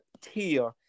tier